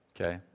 Okay